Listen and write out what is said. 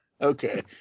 Okay